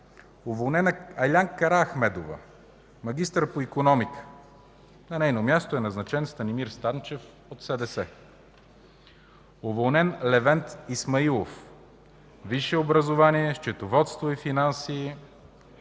уволнена Айлян Карамехмедова, магистър по икономика; на нейно място е назначен Станимир Станчев от СДС; - уволнен Левент Исмаилов – висше образование, „Счетоводство и финанси”,